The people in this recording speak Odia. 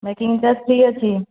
ମେକିଙ୍ଗ ଚାର୍ଜ ଫ୍ରି ଅଛି